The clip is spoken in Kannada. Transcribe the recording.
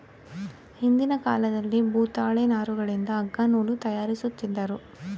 ಹಿಂದಿನ ಕಾಲದಲ್ಲಿ ಭೂತಾಳೆ ನಾರುಗಳಿಂದ ಅಗ್ಗ ನೂಲು ತಯಾರಿಸುತ್ತಿದ್ದರು